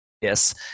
yes